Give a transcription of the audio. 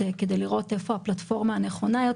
כדי לראות איפה הפלטפורמה הנכונה יותר.